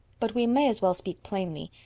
but we may as well speak plainly.